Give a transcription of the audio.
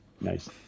nice